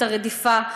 את הרדיפה,